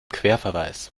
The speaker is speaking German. querverweis